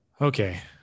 Okay